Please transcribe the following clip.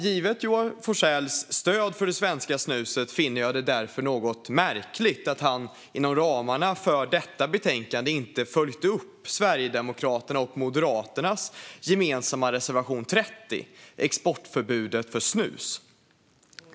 Givet Joar Forssells stöd för det svenska snuset finner jag det därför något märkligt att han inom ramarna för detta betänkande inte följt upp Sverigedemokraternas och Moderaternas gemensamma reservation 30, Exportförbudet för snus.